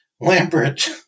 Lambert